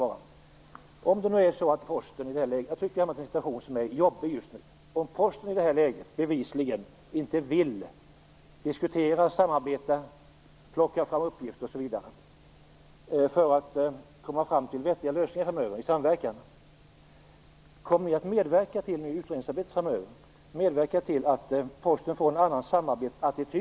Det gäller en situation som jag tycker är jobbig. Om Posten i det här läget bevisligen inte vill diskutera, samarbeta eller plocka fram uppgifter för att nå vettiga lösningar framöver i samverkan, kommer ni då i utredningsarbetet att medverka till att posten får en annan samarbetsattityd?